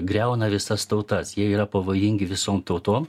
griauna visas tautas jie yra pavojingi visom tautom